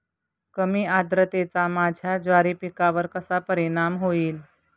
कमी आर्द्रतेचा माझ्या ज्वारी पिकावर कसा परिणाम होईल?